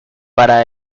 para